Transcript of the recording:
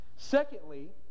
Secondly